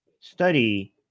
study